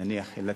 נניח לצד.